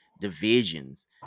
divisions